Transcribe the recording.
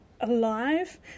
alive